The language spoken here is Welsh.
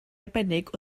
arbennig